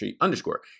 underscore